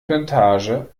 plantage